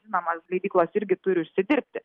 žinoma leidyklos irgi turi užsidirbti